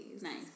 Nice